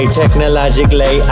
technologically